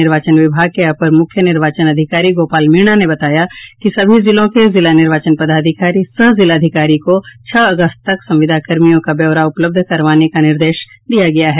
निर्वाचन विभाग के अपर मुख्य निर्वाचन अधिकारी गोपाल मीणा ने बताया कि सभी जिलों के जिला निर्वाचन पदाधिकारी सह जिलाधिकारी को छह अगस्त तक संविदाकर्मियों का ब्योरा उपलब्ध करवाने का निर्देश दिया गया है